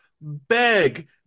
beg